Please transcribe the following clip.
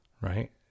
right